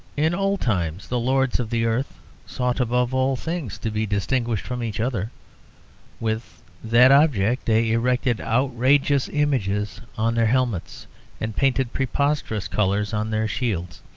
in old times the lords of the earth sought above all things to be distinguished from each other with that object they erected outrageous images on their helmets and painted preposterous colours on their shields.